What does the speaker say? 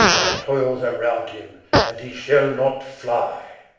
my toils are round him and he shall not fly.